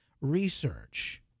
research